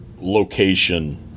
location